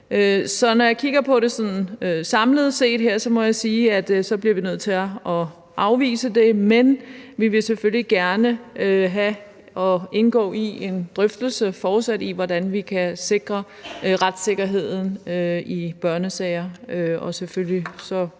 Så når jeg kigger på det sådan samlet set, må jeg sige, at vi bliver nødt til at afvise det, men vi vil selvfølgelig gerne have og indgå i en fortsat drøftelse om, hvordan vi kan sikre retssikkerheden i børnesager,